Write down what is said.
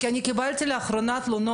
לאחרונה,